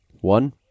One